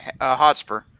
Hotspur